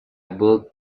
built